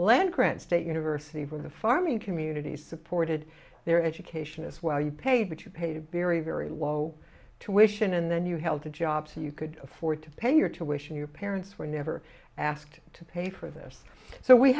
land grant state university where the farming community supported their education is where you paid but you paid very very low tuition and then you held a job so you could afford to pay your tuition your parents were never asked to pay for this so we